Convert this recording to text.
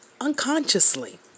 Unconsciously